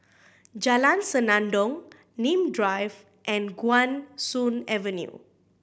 Jalan Senandong Nim Drive and Guan Soon Avenue